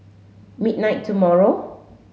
midnight tomorrow